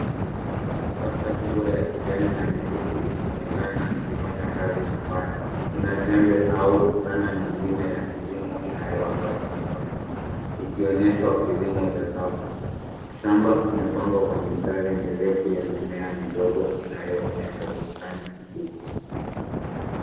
[csTractor kubwa ya kijani na nyeusi inaonekana ikifanya kazi shambani. Ina jembe au zana nyingine ya kilimo inayoambatanishwa nyuma. Inaonyesha kilimo cha safu. Shamba imepangwa kwa mistari mirefu ya mimea midogo inayoonyesha bustani kubwa.